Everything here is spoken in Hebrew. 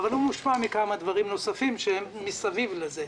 אבל הוא מושפע מכמה דברים נוספים שהם מסביב לזה.